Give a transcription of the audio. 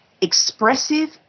expressive